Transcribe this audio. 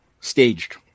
staged